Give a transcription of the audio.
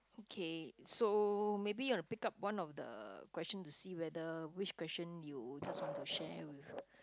okay so maybe you want to pick up one of the question to see whether which question you just want to share with